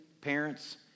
parents